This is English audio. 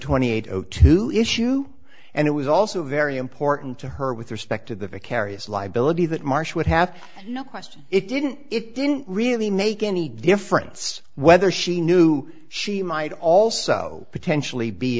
twenty eight zero two issue and it was also very important to her with respect to the fake areas liability that marsh would have no question it didn't it didn't really make any difference whether she knew she might also potentially be